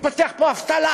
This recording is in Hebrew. תתפתח פה אבטלה,